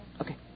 Okay